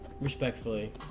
Respectfully